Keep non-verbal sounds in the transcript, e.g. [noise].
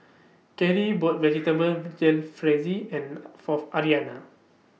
Karie bought [noise] Vegetable Jalfrezi and For Aryanna